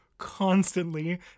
constantly